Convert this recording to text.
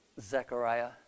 Zechariah